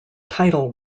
title